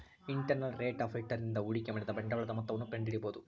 internal rate of return ನಿಂದ ಹೂಡಿಕೆ ಮಾಡಿದ ಬಂಡವಾಳದ ಮೊತ್ತವನ್ನು ಕಂಡಿಡಿಬೊದು